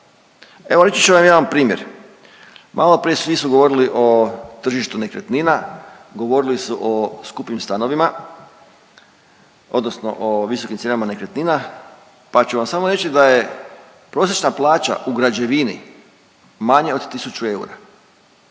Evo reći ću vam jedan primjer, maloprije svi su govorili o tržištu nekretnina, govorili su o skupim stanovima odnosno o visokim cijenama nekretnina, pa ću vam samo reći da je prosječna plaća u građevini manja od tisuću eura.